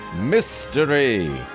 mystery